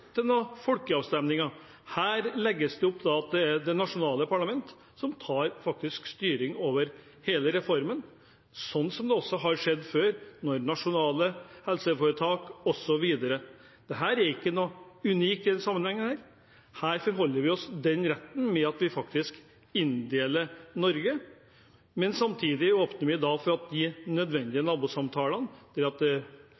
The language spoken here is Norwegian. folkeavstemninger. Her legges det opp til at det er det nasjonale parlament som tar styring over hele reformen, sånn som det også har skjedd før når det gjelder nasjonale helseforetak osv. Det er ikke noe unikt i denne sammenhengen. Her påberoper vi oss retten til faktisk å inndele Norge, men samtidig åpner vi for de nødvendige